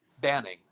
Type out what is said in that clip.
banning